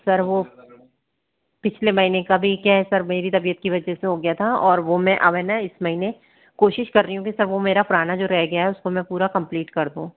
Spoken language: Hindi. सर वो पिछले महीने का भी क्या है सर मेरी तबियत की वजह से हो गया था और मैं अब है ना इस महीने कोशिश कर रही हूँ कि सर वो मेरा पुराना जो रह गया है उसको में कम्प्लीट कर दूँ